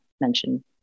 mention